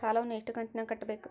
ಸಾಲವನ್ನ ಎಷ್ಟು ಕಂತಿನಾಗ ಕಟ್ಟಬೇಕು?